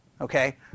Okay